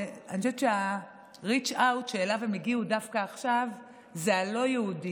ואני חושבת שה-reach out שאליו הם הגיעו דווקא עכשיו הוא הלא-יהודים,